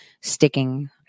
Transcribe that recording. sticking